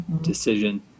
decision